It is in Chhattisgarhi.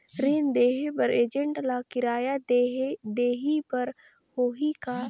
ऋण देहे बर एजेंट ला किराया देही बर होही का?